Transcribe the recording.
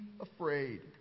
afraid